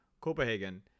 Copenhagen